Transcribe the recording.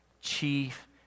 chief